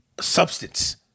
Substance